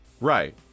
right